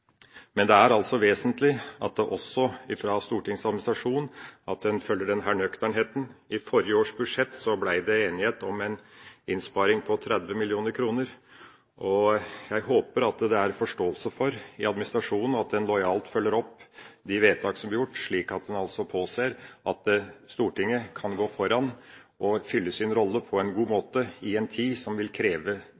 Men det er altså vesentlig at en også fra Stortingets administrasjon følger denne nøkternheten. I forrige års budsjett ble det enighet om en innsparing på 30 mill. kr. Jeg håper at det i administrasjonen er forståelse for at en lojalt følger opp de vedtak som blir gjort, slik at en påser at Stortinget kan gå foran og fylle sin rolle på en god